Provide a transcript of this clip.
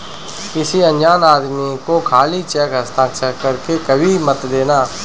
किसी अनजान आदमी को खाली चेक हस्ताक्षर कर के कभी मत देना